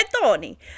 Tony